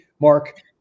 mark